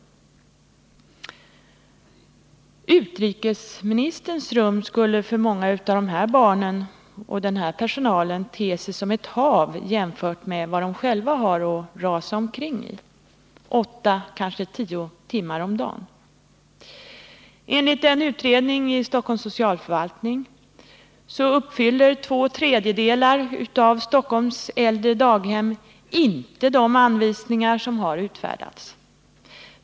Utrikesministerns rum skulle för många av dessa barn och denna personal te sig som ett hav jämfört med vad de själva har att rasa omkring i åtta, kanske tio timmar om dagen. Enligt en utredning som Stockholms socialförvaltning gjort följer två tredjedelar av Stockholms äldre daghem i dag inte de anvisningar som utfärdats.